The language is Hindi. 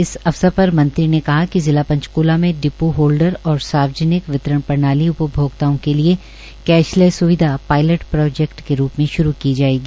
इस अवसर पर मंत्री ने कहा कि जिला पंचकूला में डिपू होलडर और सार्वजनिक वितरण प्रणाली उपभोक्ताओं के लिए कैशलेस स्विधा पायलट प्रोजेक्ट के रूप में श्रू की जायेगी